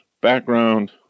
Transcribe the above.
background